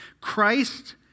Christ